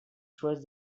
trust